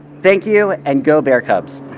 thank you and go bear cubs.